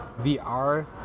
VR